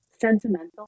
sentimental